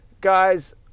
guys